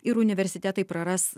ir universitetai praras